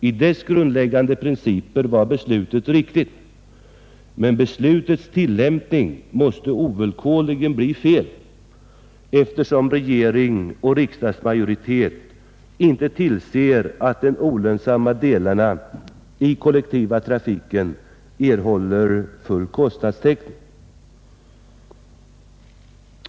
I sina grundläggande principer var detta beslut riktigt, men dess tillämpning måste ovillkorligen bli felaktig, eftersom regering och riksdagsmajoritet inte tillser att de olönsamma delarna av den kollektiva trafiken erhåller full kostnadstäckning.